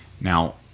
now